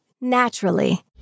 naturally